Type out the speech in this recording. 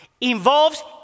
involves